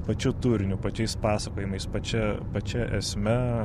pačiu turiniu pačiais pasakojimais pačia pačia esme